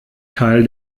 teil